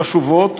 חשובות,